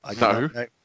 No